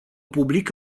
public